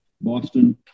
Boston